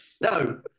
No